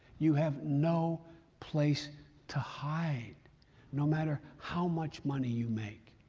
you have no place to hide no matter how much money you make.